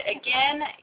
again